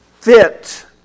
fit